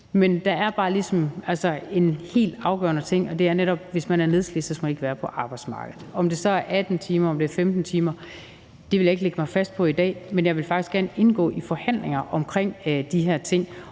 Men der er bare en helt afgørende ting, og det er netop, at hvis man er nedslidt, så skal man ikke være på arbejdsmarkedet. Om arbejdsevnen så skal være på 18 timer eller 15 timer, vil jeg ikke lægge mig fast på i dag, men jeg vil gerne indgå i forhandlinger om de her ting.